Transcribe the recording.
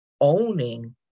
owning